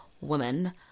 woman